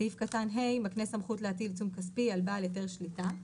סעיף קטן (ה) מקנה סמכות להטיל עיצום כספי על בעל היתר שליטה,